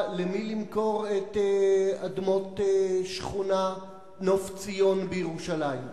למי למכור את אדמות השכונה "נוף ציון" בירושלים.